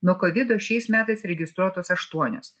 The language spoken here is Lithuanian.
nuo kovido šiais metais registruotos aštuonios